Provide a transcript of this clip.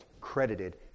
credited